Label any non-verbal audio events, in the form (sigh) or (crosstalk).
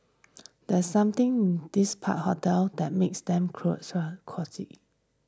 there's something this part hotel that makes them (unintelligible) cosy